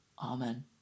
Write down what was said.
Amen